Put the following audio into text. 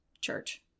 church